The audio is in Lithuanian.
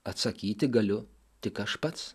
atsakyti galiu tik aš pats